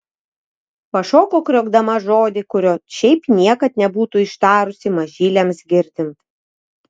pašoko kriokdama žodį kurio šiaip niekad nebūtų ištarusi mažyliams girdint